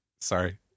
Sorry